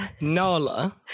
Nala